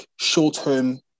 short-term